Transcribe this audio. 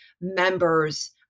members